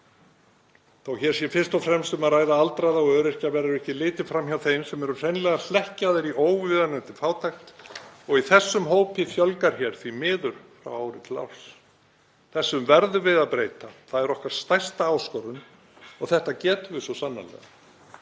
að hér sé fyrst og fremst um að ræða aldraða og öryrkja verður ekki litið fram hjá þeim sem eru hreinlega hlekkjaðir í óviðunandi fátækt og í þessum hópi fjölgar því miður frá ári til árs. Þessu verðum við að breyta. Það er okkar stærsta áskorun og þetta getum við svo sannarlega.